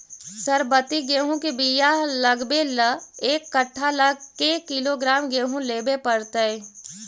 सरबति गेहूँ के बियाह लगबे ल एक कट्ठा ल के किलोग्राम गेहूं लेबे पड़तै?